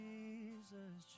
Jesus